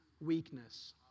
weakness